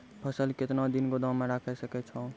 फसल केतना दिन गोदाम मे राखै सकै छौ?